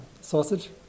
Sausage